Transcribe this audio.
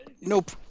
nope